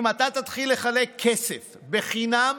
אם אתה תתחיל לחלק כסף בחינם,